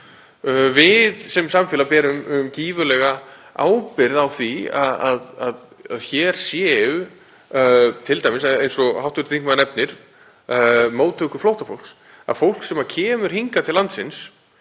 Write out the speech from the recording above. Við sem samfélag berum gífurlega ábyrgð á því að hér sé t.d., eins og hv. þingmaður nefnir, móttaka flóttafólks, svo að fólk sem kemur hingað til landsins